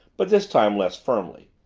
but this time less firmly.